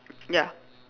ya